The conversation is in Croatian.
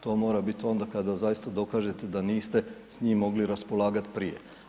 To mora biti onda, kada zaista dokažete da niste s njim mogli raspolagati prije.